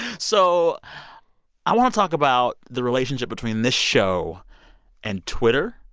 so i want to talk about the relationship between this show and twitter.